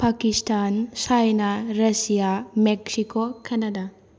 Pakistan China Russia Mexico Canada